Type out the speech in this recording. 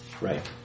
right